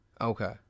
Okay